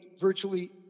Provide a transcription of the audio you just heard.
virtually